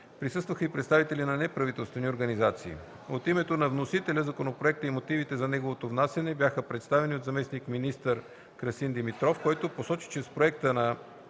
Присъстваха и представители на неправителствени организации. От името на вносителя законопроектът и мотивите за неговото внасяне бяха представени от заместник-министър Красин Димитров, който посочи, че с проекта на